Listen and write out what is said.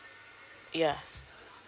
ya